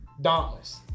Dauntless